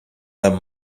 her